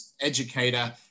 educator